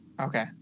Okay